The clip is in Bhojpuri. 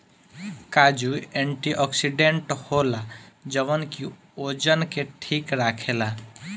काजू एंटीओक्सिडेंट होला जवन की ओजन के ठीक राखेला